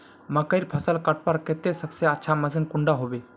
मकईर फसल कटवार केते सबसे अच्छा मशीन कुंडा होबे?